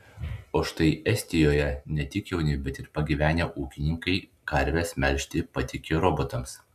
o štai estijoje ne tik jauni bet ir pagyvenę ūkininkai karves melžti patiki robotams